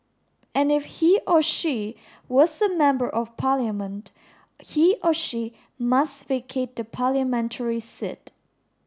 and if he or she was a member of Parliament he or she must vacate the parliamentary seat